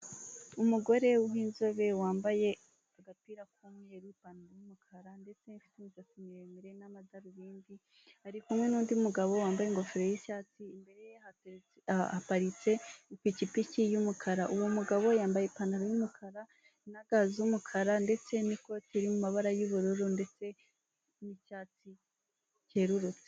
Umugore w'inzobe wambaye agapira k'umweru, ipantaro y'umukara ndetse n' imisatsi miremire n'amadarubindi. Ari kumwe n'undi mugabo wambaye ingofero y'icyatsi, imbere ye haparitse ipikipiki y'umukara. Uwo mugabo yambaye ipantaro y'umukara na ga z'umukara, ndetse n'ikoti riri mu mabara y'ubururu ndetse n'icyatsi cyerurutse.